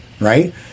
right